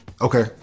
Okay